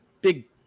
big